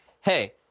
hey